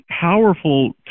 powerful